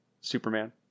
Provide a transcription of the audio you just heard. Superman